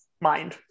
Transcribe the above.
mind